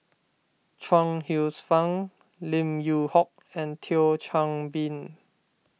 Chuang Hsueh Fang Lim Yew Hock and Thio Chan Bee